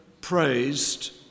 praised